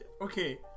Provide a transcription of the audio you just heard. Okay